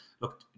look